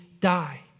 die